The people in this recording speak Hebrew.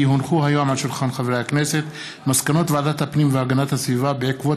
כי הונחו היום על שולחן הכנסת מסקנות ועדת הפנים והגנת הסביבה בעקבות